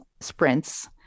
sprints